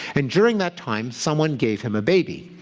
and during that time someone gave him a baby.